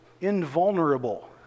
invulnerable